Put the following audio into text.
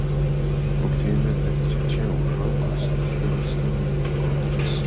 griebė beatričę už rankos ir išstūmė ją pro duris